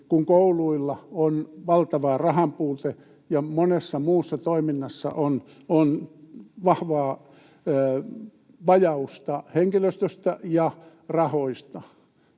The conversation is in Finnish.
kun kouluilla on valtava rahanpuute ja monessa muussa toiminnassa on vahvaa vajausta henkilöstöstä ja rahoista?